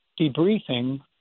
debriefing